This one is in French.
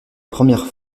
première